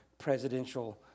presidential